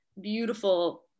beautiful